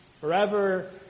forever